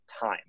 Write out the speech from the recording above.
time